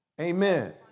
Amen